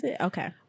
okay